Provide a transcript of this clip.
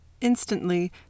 Instantly